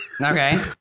Okay